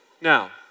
Now